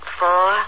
four